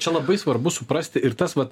čia labai svarbu suprasti ir tas vat